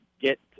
get